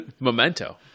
memento